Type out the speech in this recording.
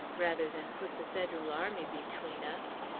rather than put the federal army between us.